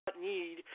need